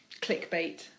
clickbait